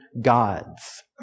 gods